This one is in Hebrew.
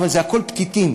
אבל זה הכול פתיתים,